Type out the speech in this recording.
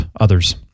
others